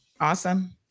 Awesome